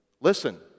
listen